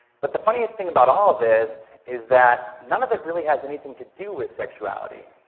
but the funniest thing about all of this is that none of it really has anything to do with sexuality.